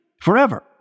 forever